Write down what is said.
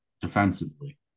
defensively